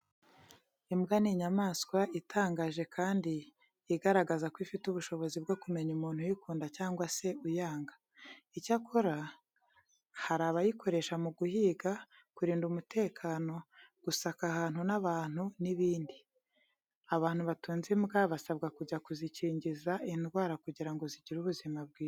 Imbwa ni inyamaswa itangaje kandi igaragaza ko ifite ubushobozi bwo kumenya umuntu uyikunda cyangwa se uyanga. Icyakora, hari abayikoresha mu guhiga, kurinda umutekano, gusaka ahantu n'abantu n'ibindi. Abantu batunze imbwa basabwa kujya kuzikingiza indwara kugira ngo zigire ubuzima bwiza.